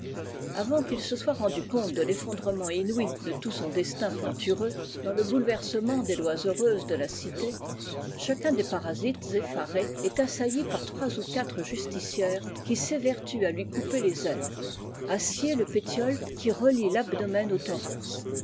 avant qu'il se soit rendu compte de l'effondrement inovl de tout son destin plantureux dans le bouleversement des lois heureuses de la calé chacun des parasites effarés est assailli par trois ou quatre justicières qui s'évertuent à lui couper les ailes à scier le pétiole qui relie tabdomen aa thorax